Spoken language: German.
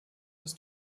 des